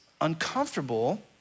uncomfortable